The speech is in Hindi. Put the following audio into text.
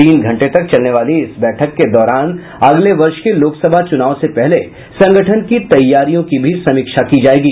तीन घंटे तक चलने वाली इस बैठक के दौरान अगले वर्ष के लोकसभा चुनाव से पहले संगठन की तैयारियों की भी समीक्षा होगी